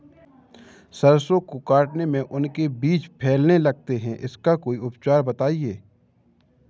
सरसो को काटने में उनके बीज फैलने लगते हैं इसका कोई उपचार बताएं?